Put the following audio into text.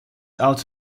out